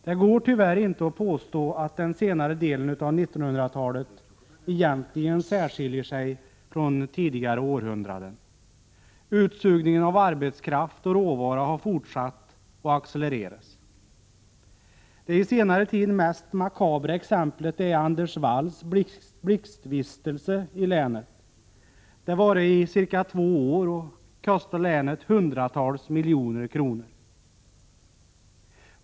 Det går inte att påstå att den senare delen av 1900-talet egentligen särskiljer sig från tidigare århundraden. Utsugningen av arbetskraft och råvara har fortsatt och accelererats. Det i senare tid mest makabra exemplet är Anders Walls blixtvistelse i länet. Den varade i cirka två år och kostade länet hundratals miljoner kronor.